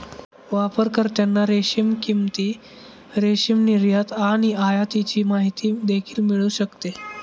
वापरकर्त्यांना रेशीम किंमती, रेशीम निर्यात आणि आयातीची माहिती देखील मिळू शकते